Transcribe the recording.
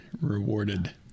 rewarded